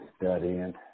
studying